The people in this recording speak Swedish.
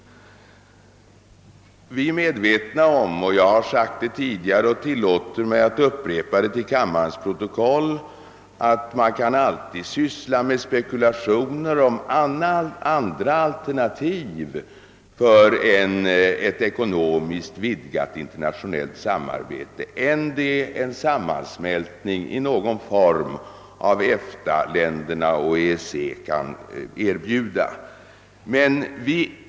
Naturligtvis kan man alltid — jag har sagt det tidigare men tillåter mig att upprepa det till kammarens protokoll — syssla med spekulationer om andra alternativ för ett ekonomiskt vidgat internationellt samarbete än vad en sammansmältning i någon form av EFTA länderna och EEC-länderna kan erbjuda.